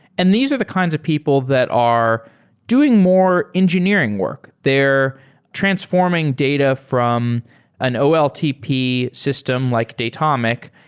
and these are the kinds of people that are doing more engineering work. they're transforming data from an oltp system like datomic.